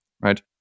right